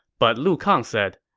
but lu kang said,